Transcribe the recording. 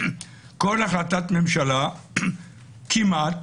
כל החלטת ממשלה כמעט,